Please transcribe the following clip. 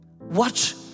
watch